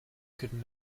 could